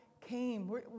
came